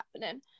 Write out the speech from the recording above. happening